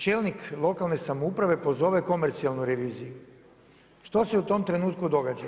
Čelnik lokalne samouprave, pozove komercionalnu reviziju, što se u tom trenutku događa?